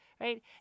right